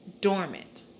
dormant